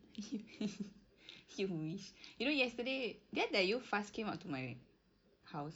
you mean you know yesterday did I tell you faz came up to my house